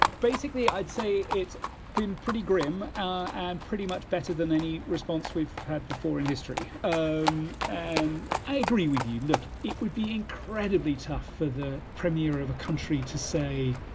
basically, i'd say it's been pretty grim and pretty much better than any response we've had before in history. um and i agree with you. look it would be incredibly tough for the premier of a country to say,